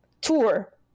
tour